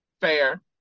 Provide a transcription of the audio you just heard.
Fair